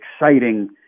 exciting